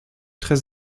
très